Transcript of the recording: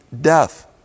death